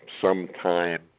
sometime